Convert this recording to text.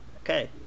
okay